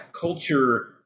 culture